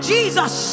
Jesus